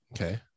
Okay